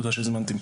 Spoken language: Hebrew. תודה שהזמנתם.